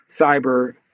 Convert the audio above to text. cyber